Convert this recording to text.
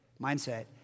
mindset